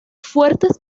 fuertes